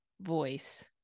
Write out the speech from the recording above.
voice